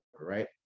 right